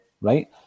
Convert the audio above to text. right